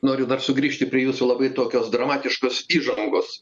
noriu dar sugrįžti prie jūsų labai tokios dramatiškos įžangos